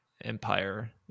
Empire